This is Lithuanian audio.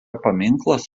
paminklas